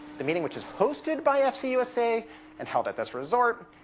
the meeting which is hosted by fc usa and held at this resort.